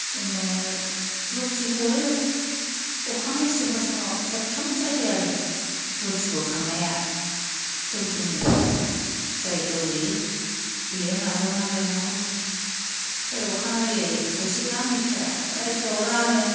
बिदिनो लखि हरो अखानायसि हर समाव खेबथाम जायो आरो लखि बोखांनाया दौदिनिफ्राय जाय दौरि बियो नाजावना लायनांगौ ओमफ्राय अखानायै खायसे गामिफ्रा रायजोआव रानो